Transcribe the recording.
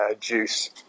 juice